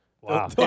Wow